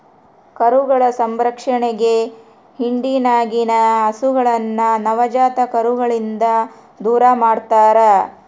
ಕರುಗಳ ಸುರಕ್ಷತೆಗೆ ಹಿಂಡಿನಗಿನ ಹಸುಗಳನ್ನ ನವಜಾತ ಕರುಗಳಿಂದ ದೂರಮಾಡ್ತರಾ